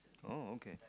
oh okay